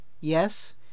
Yes